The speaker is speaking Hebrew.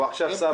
הוא עכשיו שר.